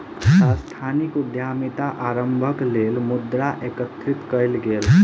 सांस्थानिक उद्यमिता आरम्भक लेल मुद्रा एकत्रित कएल गेल